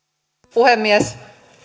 puhemies